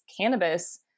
cannabis